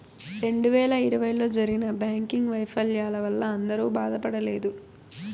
రెండు వేల ఇరవైలో జరిగిన బ్యాంకింగ్ వైఫల్యాల వల్ల అందరూ బాధపడలేదు